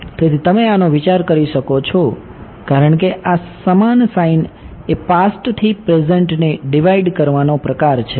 તેથી તમે આનો વિચાર કરી શકો છો કારણ કે આ સમાન સાઇન એ પાસ્ટથી પ્રેઝેંટને ડિવાઈડ કરવાનો પ્રકાર છે